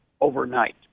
overnight